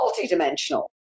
multidimensional